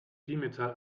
bimetall